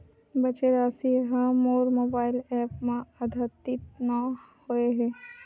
बचे राशि हा मोर मोबाइल ऐप मा आद्यतित नै होए हे